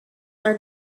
are